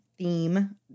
theme